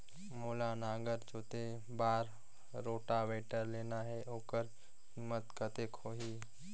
मोला नागर जोते बार रोटावेटर लेना हे ओकर कीमत कतेक होही?